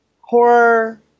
horror